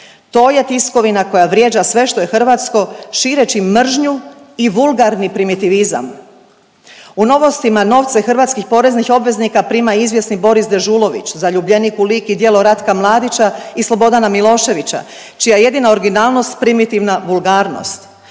to je tiskovina koja vrijeđa sve što je hrvatsko šireći mržnju i vulgarni primitivizam. U Novostima novce hrvatskih poreznih obveznika prima izvjesni Boris Dežulović zaljubljenik u lik i djelo Ratka Mladića i Slobodana Miloševića čija je jedina originalnost primitivna vulgarnost.